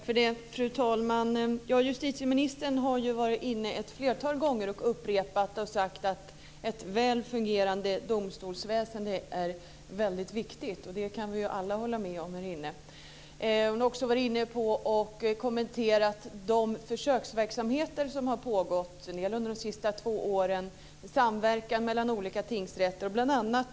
Fru talman! Justitieministern har ett flertal gånger upprepat att ett väl fungerande domstolsväsende är väldigt viktigt. Det kan vi alla hålla med om. Hon har också kommenterat de försöksverksamheter som har pågått - en del under de senaste två åren - med samverkan mellan olika tingsrätter.